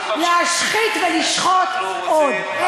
אני, רוצים, את, להשחית ולשחוט עוד?